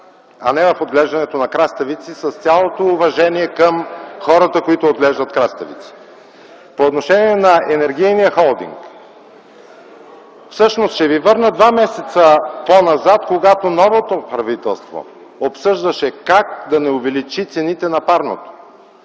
а не в отглеждането на краставици, с цялото уважение към хората, които отглеждат краставици. По отношение на Енергийния холдинг. Ще ви върна два месеца по-назад, когато новото правителство обсъждаше как да не увеличи цените на парното